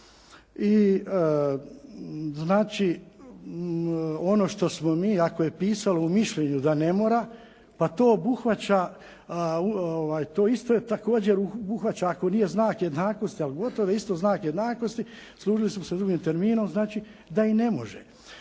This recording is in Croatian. Ono što smo mi ako je pisalo u mišljenju da ne mora pa to obuhvaća, to isto također obuhvaća ako nije znak jednakosti ali gotovo isto znak jednakosti, služili smo se drugim terminom znači da i ne može.